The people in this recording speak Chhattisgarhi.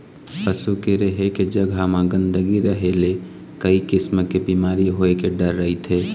पशु के रहें के जघा म गंदगी रहे ले कइ किसम के बिमारी होए के डर रहिथे